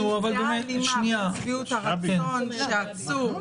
נמצאה הלימה בין שביעות הרצון של עצור